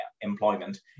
employment